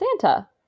santa